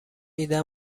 ایده